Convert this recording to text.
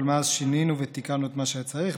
מאז שינינו ותיקנו את מה שהיה צריך.